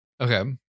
Okay